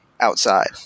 outside